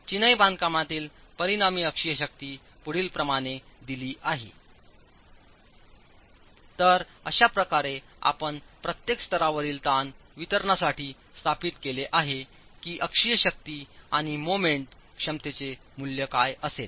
चिनाई बांधकामातीलपरिणामी अक्षीय शक्ती पुढील प्रमाणे दिले आहे तर अशाप्रकारे आपण प्रत्येक स्तरावरील ताण वितरणसाठी स्थापित केले आहे की अक्षीय शक्ती आणि मोमेंट क्षमतेचेमूल्य कायअसेल